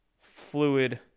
fluid